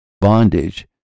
bondage